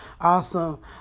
awesome